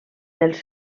dels